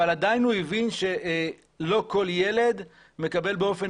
אבל עדיין הוא הבין שלא כל ילד מקבל באופן